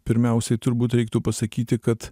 pirmiausiai turbūt reiktų pasakyti kad